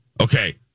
Okay